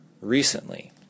recently